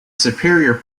superior